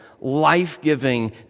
life-giving